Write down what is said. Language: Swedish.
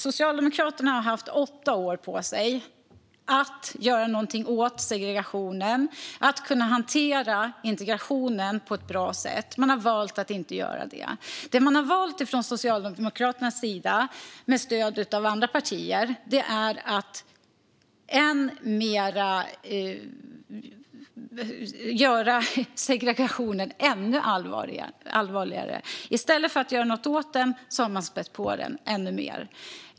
Socialdemokraterna har haft åtta år på sig att göra något åt segregationen och att kunna hantera integrationen på ett bra sätt, men man har valt att inte göra det. Det Socialdemokraterna har valt att göra, med stöd av andra partier, är att göra segregationen ännu allvarligare. I stället för att göra något åt den har man spätt på den ännu mer.